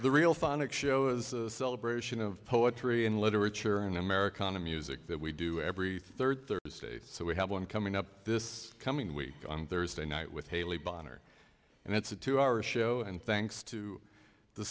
the real phonic show as a celebration of poetry and literature and americana music that we do every third thursday so we have one coming up this coming week on thursday night with haley binary and it's a two hour show and thanks to the